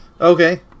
Okay